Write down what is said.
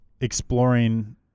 exploring